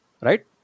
right